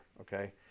okay